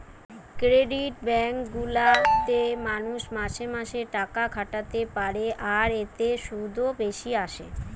credit bank গুলা তে মানুষ মাসে মাসে টাকা খাটাতে পারে আর এতে শুধও বেশি আসে